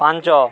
ପାଞ୍ଚ